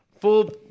full